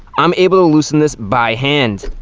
i'm able to loosen this by hand.